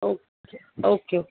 okay okay okay